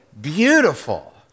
beautiful